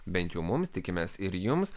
bent jau mums tikimės ir jums